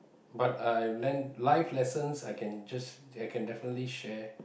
but I have learnt life lessons I can just I can definitely share